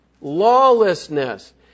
lawlessness